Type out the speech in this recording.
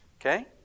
Okay